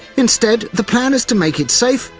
instead, the plan is to make it safe,